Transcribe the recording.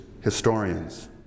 historians